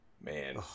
man